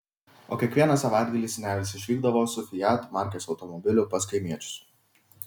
o kiekvieną savaitgalį senelis išvykdavo su fiat markės automobiliu pas kaimiečius